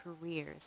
careers